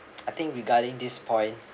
I think regarding this point